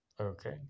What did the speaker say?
Okay